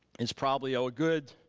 is probably ah a good,